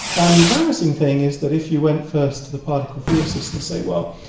and the embarrassing thing is that if you went first to the particle physicists and say, well,